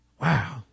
Wow